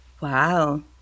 Wow